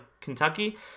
Kentucky